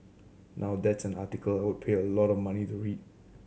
now that's an article I would pay a lot of money to read